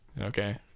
Okay